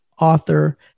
author